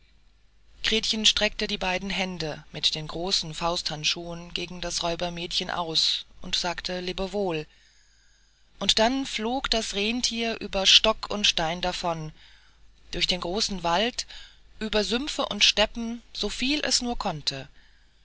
gretchen streckte die beiden hände mit den großen fausthandschuhen gegen das räubermädchen aus und sagte lebewohl und dann flog das renntier über stock und stein davon durch den großen wald über sümpfe und steppen soviel es nur konnte